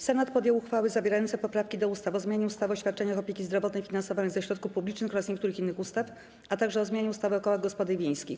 Senat podjął uchwały zawierające poprawki do ustaw: - o zmianie ustawy o świadczeniach opieki zdrowotnej finansowanych ze środków publicznych oraz niektórych innych ustaw, a także: - o zmianie ustawy o kołach gospodyń wiejskich.